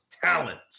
talent